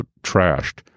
trashed